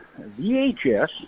VHS